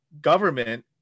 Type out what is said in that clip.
government